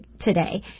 today